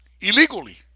illegally